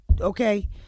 okay